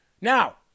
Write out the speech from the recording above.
Now